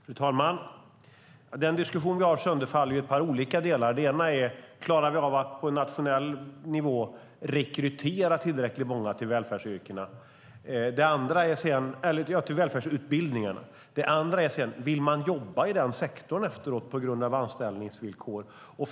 Fru talman! Den diskussion vi har sönderfaller i några olika delar. Klarar vi av att på nationell nivå rekrytera tillräckligt många till välfärdsutbildningarna? Vill man sedan jobba i den sektorn med tanke på anställningsvillkoren?